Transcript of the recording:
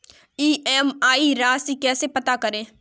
EMI राशि कैसे पता करें?